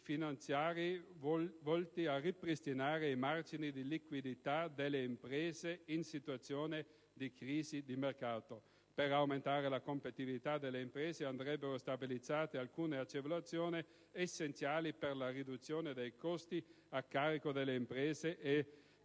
finanziari volti a ripristinare i margini di liquidità delle imprese in situazione di crisi di mercato. Per aumentare la competitività delle imprese andrebbero stabilizzate alcune agevolazioni essenziali per la riduzione dei costi a carico delle imprese e